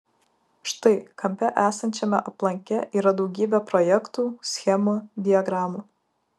štai kampe esančiame aplanke yra daugybė projektų schemų diagramų